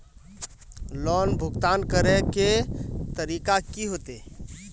Loan भुगतान करे के तरीका की होते?